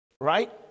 right